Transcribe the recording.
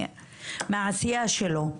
מהעשייה שלו.